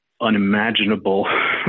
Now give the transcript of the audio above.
unimaginable